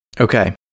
Okay